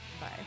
Bye